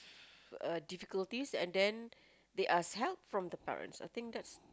uh difficulties and then they ask help from the parents I think that's